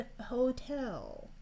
hotel